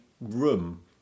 room